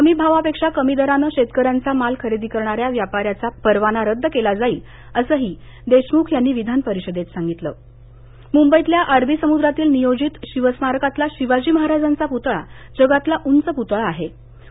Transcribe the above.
हमीभावापेक्षा कमी दरानं शेतकऱ्यांचा माल खरेदी करणाऱ्या व्यापाऱ्याचा परवाना रद्द केला जाईल असंही देशुमख यांनी विधानपरिषदेत सांगितलं मुंबईतल्या अरबी समुद्रातील नियोजित शिवस्मारकातला शिवाजी महाराजांचा प्तळा जगातला उंच प्तळा असणार आहे